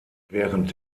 während